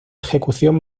ejecución